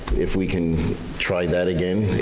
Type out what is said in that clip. if we can try that again.